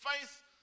faith